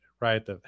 right